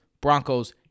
Broncos